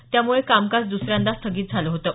त्यामुळे कामकाज दुसऱ्यांदा स्थगित झालं होतं